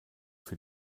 für